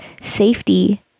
safety